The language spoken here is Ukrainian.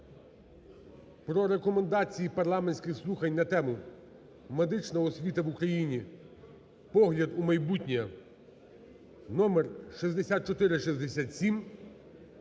про Рекомендації парламентських слухань на тему: "Медична освіта в Україні: погляд у майбутнє" (номер 6467)